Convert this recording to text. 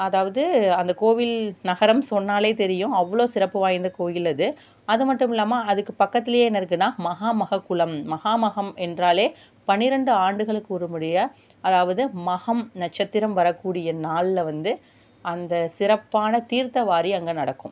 அதாவது அந்த கோவில் நகரம் சொன்னாலே தெரியும் அவ்வளோ சிறப்பு வாய்ந்த கோயில் அது அதுமட்டுமில்லாம அதுக்கு பக்கத்துலையே என்ன இருக்குன்னா மகாமக குளம் மகாமகம் என்றாலே பன்னிரெண்டு ஆண்டுகளுக்கு ஒரு முறையாக அதாவது மகம் நட்சத்திரம் வரக்கூடிய நாளுல வந்து அந்த சிறப்பான தீர்த்தவாரி அங்கே நடக்கும்